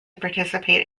participate